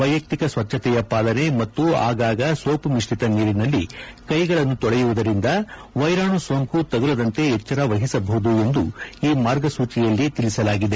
ವ್ವೆಯಕ್ತಿಕ ಸ್ವಚ್ಣತೆಯ ಪಾಲನೆ ಮತ್ತು ಆಗಾಗ ಸೋಪು ಮಿಶ್ರಿತ ನೀರಿನಲ್ಲಿ ಕೈಗಳನ್ನು ತೊಳೆಯುವುದರಿಂದ ವೈರಾಣು ಸೋಂಕು ತಗುಲದಂತೆ ಎಚ್ಚರ ವಹಿಸಬಹುದು ಎಂದು ಈ ಮಾರ್ಗಸೂಚಿಯಲ್ಲಿ ಸೂಚಿಸಲಾಗಿದೆ